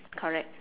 correct